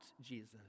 Jesus